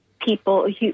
people